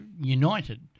united